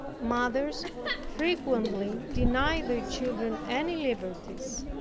mothers frequently deny their children any liberties.